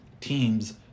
teams